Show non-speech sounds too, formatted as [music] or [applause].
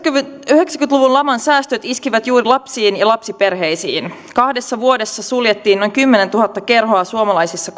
yhdeksänkymmentä luvun laman säästöt iskivät juuri lapsiin ja lapsiperheisiin kahdessa vuodessa suljettiin noin kymmenentuhatta kerhoa suomalaisissa [unintelligible]